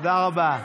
תודה רבה.